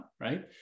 right